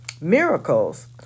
Miracles